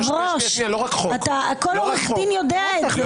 כל עורך דין יודע את זה.